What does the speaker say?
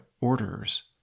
orders